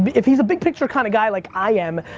but if he's a big picture kinda guy like i am,